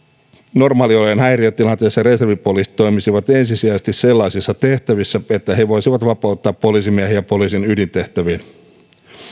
normaaliolojen häiriötilanteissa reservipoliisit toimisivat ensisijaisesti sellaisissa tehtävissä että he voisivat vapauttaa poliisimiehiä poliisin ydintehtäviin